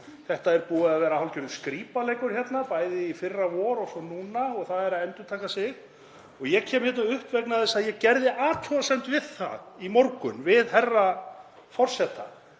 Þetta er búið að vera hálfgerður skrípaleikur hérna, bæði í fyrravor og svo núna og það er að endurtaka sig. Ég kem hérna upp vegna þess að ég gerði athugasemd í morgun við herra forseta